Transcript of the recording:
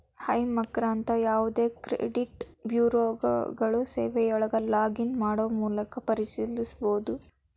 high ಮಾರ್ಕ್ನಂತ ಯಾವದೇ credit ಬ್ಯೂರೋಗಳ ಸೇವೆಯೊಳಗ ಲಾಗ್ ಇನ್ ಮಾಡೊ ಮೂಲಕ ಪರಿಶೇಲಿಸಬೋದ